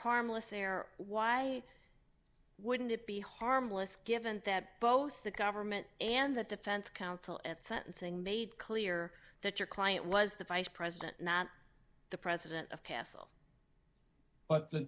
harmless error why wouldn't it be harmless given that both the government and the defense counsel at sentencing made clear that your client was the vice president not the president of castle but the